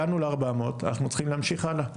הגענו ל-400, אנחנו צריכים להמשיך הלאה.